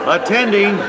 Attending